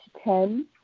ten